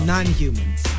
Non-humans